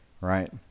right